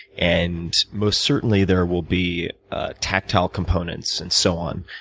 and most certainly, there will be tactile components and so on.